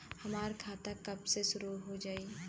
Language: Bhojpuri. हमार खाता कब से शूरू हो जाई?